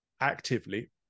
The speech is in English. actively